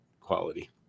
quality